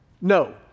No